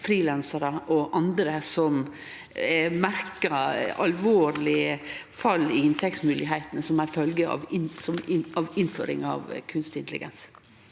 frilansarar og andre som merkar alvorleg fall i inntektsmoglegheita som ei følgje av innføring av kunstig intelligens.